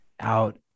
out